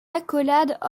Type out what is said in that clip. accolade